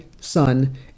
son